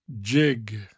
jig